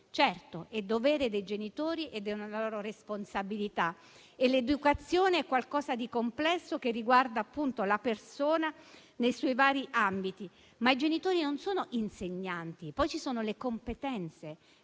Certo, è dovere dei genitori ed è una loro responsabilità e l'educazione è qualcosa di complesso che riguarda la persona nei suoi vari ambiti, però i genitori non sono insegnanti. Poi ci sono le competenze,